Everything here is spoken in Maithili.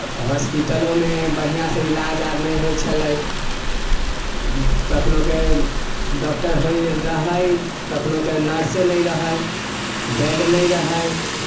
हॉस्पिटलोमे बढ़िआँसँ इलाज अर नहि होइ छलै कखनहुके डॉक्टर होइ रहै कखनहुके नर्से नहि रहै बेड नहि रहै